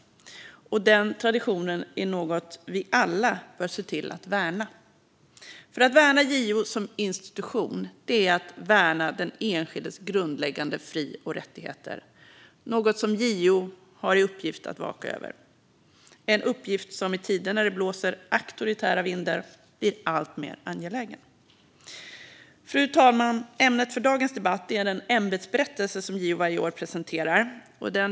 Och den traditionen är något vi alla bör se till att värna. Att värna JO som institution är att värna den enskildes grundläggande fri och rättigheter - något som JO har i uppgift att vaka över. Det är en uppgift som i tider när det blåser auktoritära vindar blir alltmer angelägen. Fru talman! Ämnet för dagens debatt är den ämbetsberättelse som JO varje år presenterar.